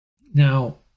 Now